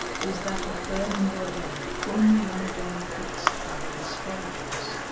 was that of burning their dead only on a day fixed by the astrologers